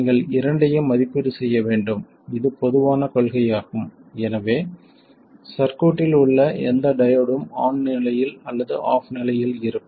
நீங்கள் இரண்டையும் மதிப்பீடு செய்ய வேண்டும் இது பொதுவான கொள்கையாகும் எனவே சர்க்யூட்டில் உள்ள எந்த டையோடும் ஆன் நிலையில் அல்லது ஆஃப் நிலையில் இருக்கும்